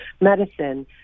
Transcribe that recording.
medicine